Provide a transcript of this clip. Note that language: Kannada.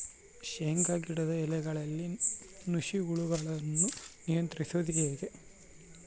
ಶೇಂಗಾ ಗಿಡದ ಎಲೆಗಳಲ್ಲಿ ನುಷಿ ಹುಳುಗಳನ್ನು ನಿಯಂತ್ರಿಸುವುದು ಹೇಗೆ?